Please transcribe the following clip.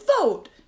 vote